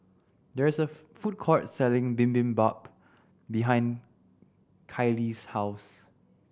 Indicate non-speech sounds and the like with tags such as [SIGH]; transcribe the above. there is a [UNINTELLIGIBLE] food court selling Bibimbap behind Kiley's house